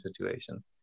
situations